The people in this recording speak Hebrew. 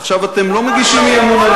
עכשיו אתם לא מגישים אי-אמון על